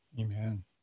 Amen